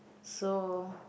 so